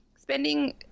spending